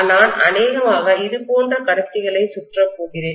நான் அநேகமாக இது போன்ற கடத்திகளை சுற்ற போகிறேன்